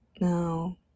Now